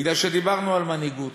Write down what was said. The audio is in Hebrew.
כי דיברנו על מנהיגות.